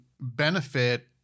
benefit